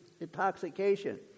intoxication